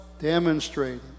demonstrating